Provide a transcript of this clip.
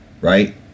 right